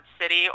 City